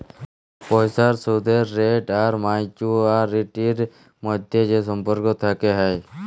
পইসার সুদের রেট আর ম্যাচুয়ারিটির ম্যধে যে সম্পর্ক থ্যাকে হ্যয়